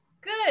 good